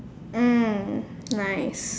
mm nice